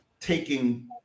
taking